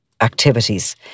activities